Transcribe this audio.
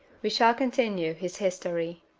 we shall continue his history.